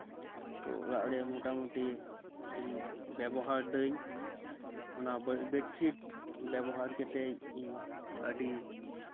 ᱛᱚ ᱚᱲᱟᱜ ᱨᱮ ᱢᱚᱴᱟᱢᱩᱴᱤ ᱤᱧ ᱵᱮᱵᱚᱦᱟᱨ ᱮᱫᱟᱹᱧ ᱚᱱᱟ ᱵᱮᱰᱥᱤᱴ ᱵᱮᱵᱚᱦᱟᱨ ᱠᱟᱛᱮ ᱤᱧ ᱟᱹᱰᱤ